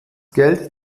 geld